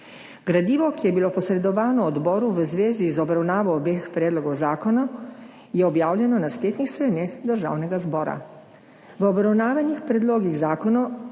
Gradivo, ki je bilo posredovano odboru v zvezi z obravnavo obeh predlogov zakona, je objavljeno na spletnih straneh Državnega zbora. O obravnavanih predlogih zakonov